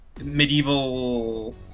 medieval